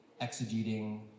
exegeting